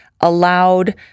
allowed